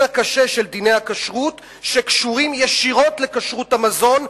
הקשה של דיני הכשרות שקשורים ישירות לכשרות המזון,